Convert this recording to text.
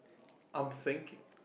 I'm thinking